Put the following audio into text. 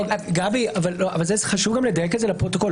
גבי, אבל חשוב גם לדייק את זה לפרוטוקול.